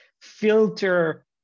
filter